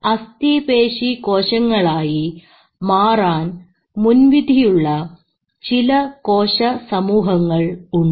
അസ്ഥിപേശി കോശങ്ങളായി മാറാൻ മുൻവിധിയുള്ള ചില കോശ സമൂഹങ്ങൾ ഉണ്ട്